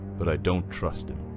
but i don't trust him.